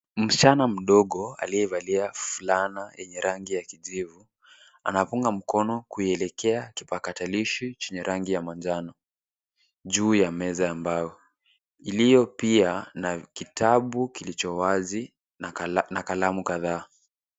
Msichana mdogo aliyevalia fulana yenye rangi ya kijivu anapunga mkono kuelekea kipakatalishi chenye rangi ya manjano juu ya meza ya mbao. Iliyo pia na kitabu kilicho wazi na kalamu kadhaa.